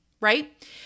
Right